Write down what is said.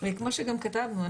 כמו שגם כתבנו,